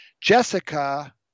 Jessica